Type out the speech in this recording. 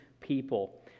people